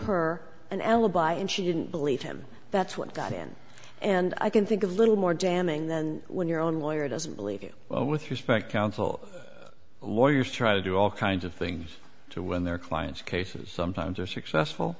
her an alibi and she didn't believe him that's what got in and i can think of little more damning then when your own lawyer doesn't believe you with respect counsel lawyers try to do all kinds of things to win their clients cases sometimes are successful